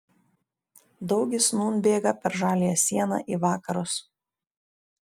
daugis nūn bėga per žaliąją sieną į vakarus